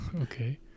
okay